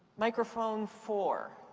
microphone four.